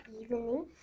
evening